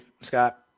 Scott